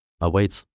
awaits